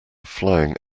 flying